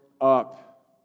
up